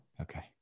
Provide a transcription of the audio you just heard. okay